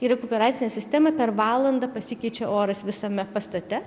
rekuperacinę sistemą per valandą pasikeičia oras visame pastate